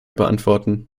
beantworten